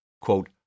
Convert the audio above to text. quote